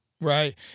Right